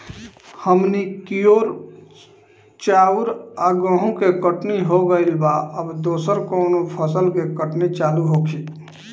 हमनी कियोर चाउर आ गेहूँ के कटाई हो गइल बा अब दोसर कउनो फसल के कटनी चालू होखि